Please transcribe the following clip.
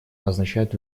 означает